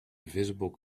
invisible